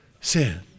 sin